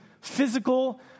physical